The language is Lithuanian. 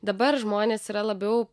dabar žmonės yra labiau